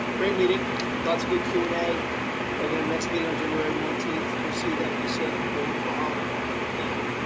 great meeting lots of good q and a again next meeting on january nineteenth. we'll see. then be safe and have a wonderful holiday. everybody, thank you.